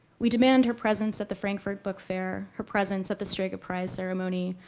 we demand her presence at the frankfurt book fair, her presence at the strega prize ceremony,